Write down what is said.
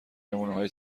نمونههای